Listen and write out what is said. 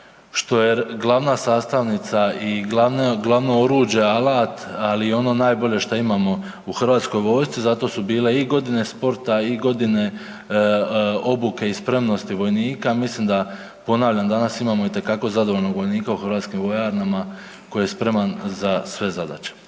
što je glavna sastavnica i glavno oruđe, alat, ali ono najbolje što imamo u Hrvatskoj vojsci, zato su bile i godine sporta, i godine obuke i spremnosti vojnika, mislim da, ponavljam, danas imamo itekako zadovoljnog vojnika u hrvatskim vojarnama koji je spreman za sve zadaće.